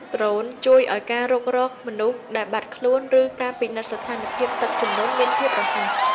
ដ្រូនជួយឱ្យការរុករកមនុស្សដែលបាត់ខ្លួន ឬការពិនិត្យស្ថានភាពទឹកជំនន់មានភាពរហ័ស។